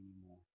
anymore